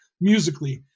musically